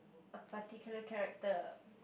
a particular character